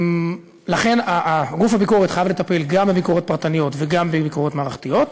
לכן גוף הביקורת חייב לטפל גם בביקורות פרטניות וגם בביקורות מערכתיות.